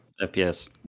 FPS